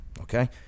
okay